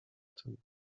tym